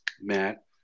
Matt